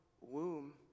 womb